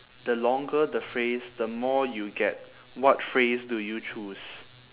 the longer the phrase the more you get what phrase do you choose